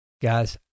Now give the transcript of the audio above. Guys